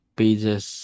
pages